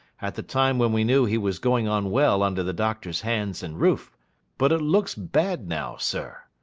at the time when we knew he was going on well under the doctor's hands and roof but it looks bad now, sir.